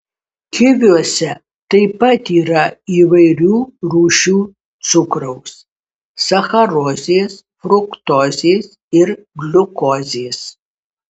kiviuose taip pat yra įvairių rūšių cukraus sacharozės fruktozės ir gliukozės